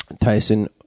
Tyson